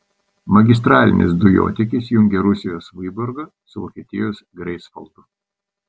magistralinis dujotiekis jungia rusijos vyborgą su vokietijos greifsvaldu